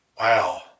Wow